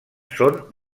són